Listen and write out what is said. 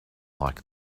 like